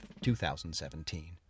2017